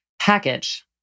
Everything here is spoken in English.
package